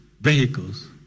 vehicles